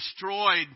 destroyed